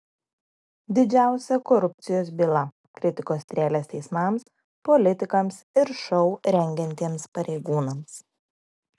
didžiausia korupcijos byla kritikos strėlės teismams politikams ir šou rengiantiems pareigūnams